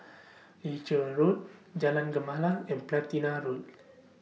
Leuchars Road Jalan Gemala and Platina Road